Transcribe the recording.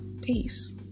Peace